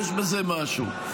יש בזה משהו.